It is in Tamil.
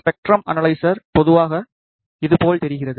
ஸ்பெக்ட்ரம் அனலைசர் பொதுவாக இது போல் தெரிகிறது